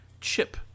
chip